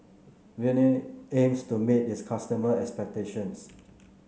Rene aims to meet its customer expectations